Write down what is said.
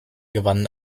gewannen